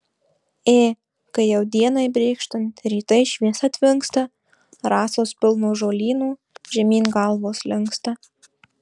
ė kai jau dienai brėkštant rytai šviesa tvinksta rasos pilnos žolynų žemyn galvos linksta